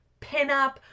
pinup